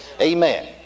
amen